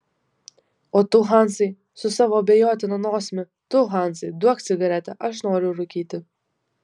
o tu hansai su savo abejotina nosimi tu hansai duok cigaretę aš noriu rūkyti